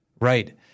right